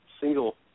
single